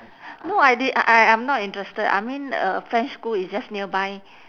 no I did I I'm not interested I mean a french school is just nearby